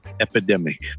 epidemic